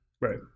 Right